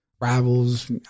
rivals